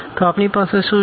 તો આપણી પાસે શું છે